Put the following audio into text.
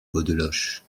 beaudeloche